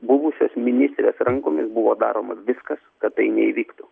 buvusios ministrės rankomis buvo daroma viskas kad tai neįvyktų